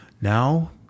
now